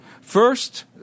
First